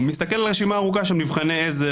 הוא מסתכל על רשימה ארוכה של מבחני עזר